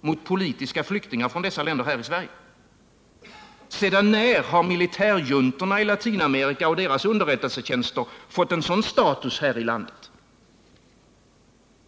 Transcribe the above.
mot politiska flyktingar från dessa länder här i Sverige? Sedan när har militärjuntorna och deras underrättelsetjänster i Latinamerika fått en sådan status här i landet?